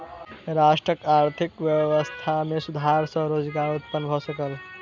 राष्ट्रक आर्थिक व्यवस्था में सुधार सॅ रोजगार उत्पन्न भ सकल